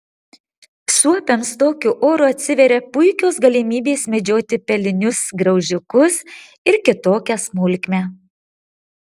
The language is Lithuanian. suopiams tokiu oru atsiveria puikios galimybės medžioti pelinius graužikus ir kitokią smulkmę